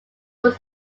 was